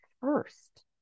first